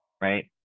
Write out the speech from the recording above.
right